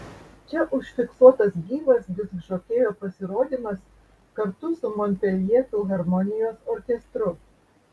čia užfiksuotas gyvas diskžokėjo pasirodymas kartu su monpeljė filharmonijos orkestru